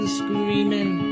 screaming